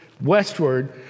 westward